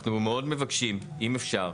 אנחנו מאוד מבקשים אם אפשר,